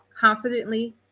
confidently